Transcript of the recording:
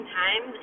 time